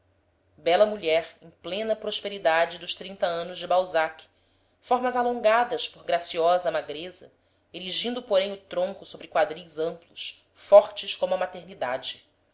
bela mulher em plena prosperidade dos trinta anos de balzac formas alongadas por graciosa magreza erigindo porém o tronco sobre quadris amplos fortes como a maternidade